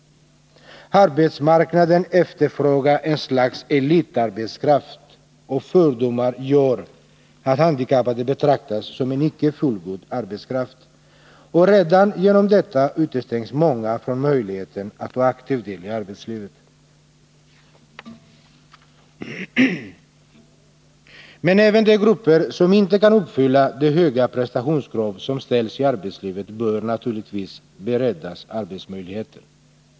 Arbetsmarknaden efterfrågar ett slags elitarbetskraft, och fördomar gör att handikappade betraktas som en icke fullgod arbetskraft. Redan genom detta utestängs många från möjligheten att ta aktiv del i arbetslivet. Men även de grupper som inte kan uppfylla de höga prestationskrav som ställs i arbetslivet bör naturligtvis beredas arbetsmöjligheter.